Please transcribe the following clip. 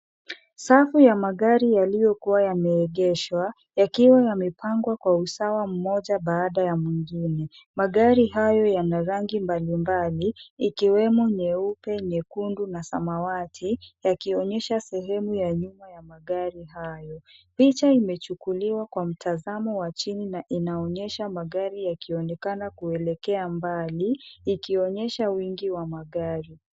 Safu ya magari yaliyokuwa yameegeshwa yakiwa yamepangwa kwa usawa mmoja baada ya mwingine. Magari hayo yana rangi mbalimbali ikiwemo nyeupe, nyekundu na samawati, yakionyesha sehemu ya nyuma ya magari hayo. Picha imechukuliwa kwa mtazamo wa chini na inaonyesha magari yakionekana kuelekea mbali ikionyesha wingi wa magari.